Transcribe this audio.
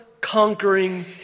conquering